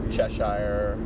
Cheshire